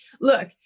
look